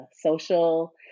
social